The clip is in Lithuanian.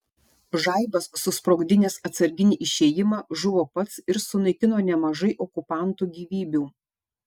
žaibas susprogdinęs atsarginį išėjimą žuvo pats ir sunaikino nemažai okupantų gyvybių